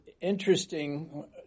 interesting